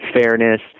Fairness